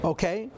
Okay